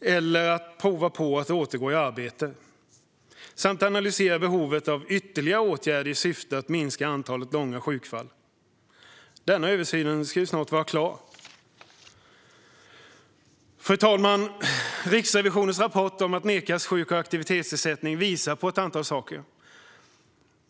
eller att prova på att återgå i arbete samt analysera behovet av ytterligare åtgärder i syfte att minska antalet långa sjukfall. Denna översyn ska snart vara klar. Fru talman! Riksrevisionens rapport om att nekas sjuk och aktivitetsersättning visar på ett antal saker.